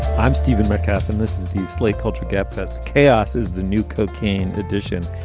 i'm stephen metcalf and this is the slate culture gabfest. chaos is the new cocaine addiction.